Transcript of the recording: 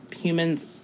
humans